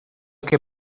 que